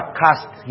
cast